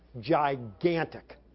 gigantic